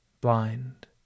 blind